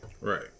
right